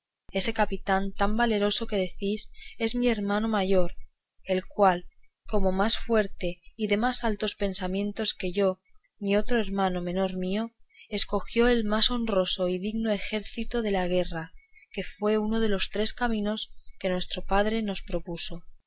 ese capitán tan valeroso que decís es mi mayor hermano el cual como más fuerte y de más altos pensamientos que yo ni otro hermano menor mío escogió el honroso y digno ejercicio de la guerra que fue uno de los tres caminos que nuestro padre nos propuso